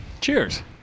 Cheers